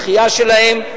דחייה שלהן,